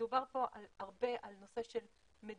מדובר פה רבות על נושא של מדיניות,